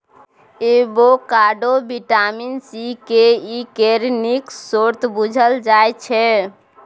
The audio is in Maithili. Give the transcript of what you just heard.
avocado vitamin C, K, E केर नीक स्रोत बुझल जाइ छै